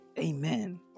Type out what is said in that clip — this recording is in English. Amen